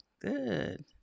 Good